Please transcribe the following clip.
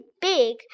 big